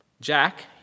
Jack